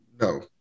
No